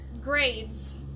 grades